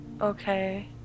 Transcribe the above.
okay